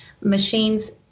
Machines